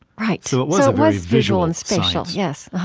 right. so it was it was visual and spatial. yes